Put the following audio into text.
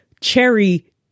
cherry